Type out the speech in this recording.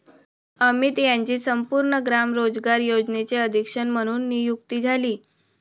अमित यांची संपूर्ण ग्राम रोजगार योजनेचे अधीक्षक म्हणून नियुक्ती झाली